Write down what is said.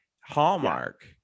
Hallmark